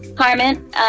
Carmen